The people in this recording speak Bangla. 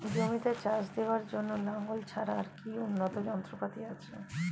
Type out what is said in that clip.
জমিতে চাষ দেওয়ার জন্য লাঙ্গল ছাড়া আর কি উন্নত যন্ত্রপাতি আছে?